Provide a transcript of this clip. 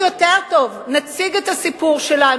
ויותר טוב: נציג את הסיפור שלנו,